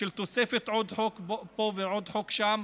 של תוספת עוד חוק פה ועוד חוק שם.